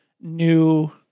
new